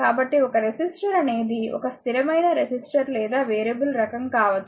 కాబట్టి ఒక రెసిస్టర్ అనేది ఒక స్థిరమైన రెసిస్టర్ లేదా వేరియబుల్ రకం కావచ్చు